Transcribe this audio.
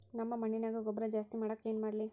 ನಮ್ಮ ಮಣ್ಣಿನ್ಯಾಗ ಗೊಬ್ರಾ ಜಾಸ್ತಿ ಮಾಡಾಕ ಏನ್ ಮಾಡ್ಲಿ?